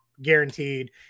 guaranteed